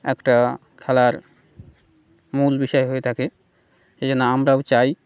একটা খেলার মূল বিষয় হয়ে থাকে এই জন্য আমরাও চাই